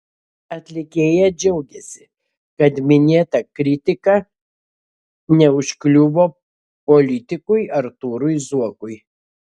atlikėja džiaugiasi kad minėta kritika neužkliuvo politikui artūrui zuokui